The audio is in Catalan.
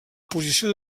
posició